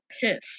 piss